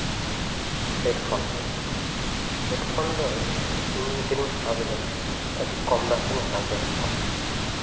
headphone headphone ᱫᱚ ᱤᱧ ᱢᱤᱫᱴᱮᱱᱤᱧ ᱦᱟᱛᱟᱣ ᱞᱮᱫᱟᱟᱹᱰᱤ ᱠᱚᱢ ᱫᱟᱢ ᱛᱤᱧ ᱦᱟᱛᱟᱣ ᱞᱮᱫᱟ ᱦᱮᱹᱰᱯᱷᱳᱱ